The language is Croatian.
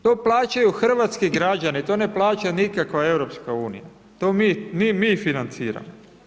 To plaćaju hrvatski građani, to ne plaća nikakva EU, to mi financiramo.